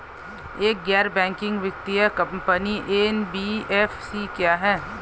एक गैर बैंकिंग वित्तीय कंपनी एन.बी.एफ.सी क्या है?